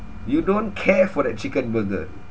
you don't care for that chicken burger